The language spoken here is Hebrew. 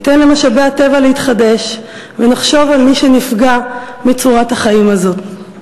ניתן למשאבי הטבע להתחדש ונחשוב על מי שנפגע מצורת החיים הזאת.